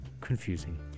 confusing